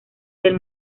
del